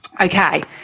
Okay